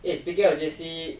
it is speaking of J_C